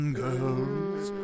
girls